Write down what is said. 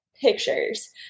pictures